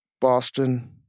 Boston